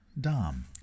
dom